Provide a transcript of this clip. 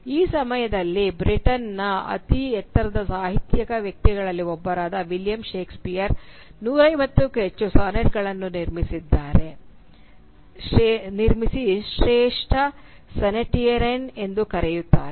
ಆ ಸಮಯದಲ್ಲಿ ಬ್ರಿಟನ್ನ ಅತಿ ಎತ್ತರದ ಸಾಹಿತ್ಯಿಕ ವ್ಯಕ್ತಿಗಳಲ್ಲಿ ಒಬ್ಬರಾದ ವಿಲಿಯಂ ಷೇಕ್ಸ್ಪಿಯರ್ 150 ಕ್ಕೂ ಹೆಚ್ಚು ಸಾನೆಟ್ಗಳನ್ನು ನಿರ್ಮಿಸಿದ ಶ್ರೇಷ್ಠ ಸಾನೆಟೀರ್ ಎಂದೂ ಕರೆಯುತ್ತಾರೆ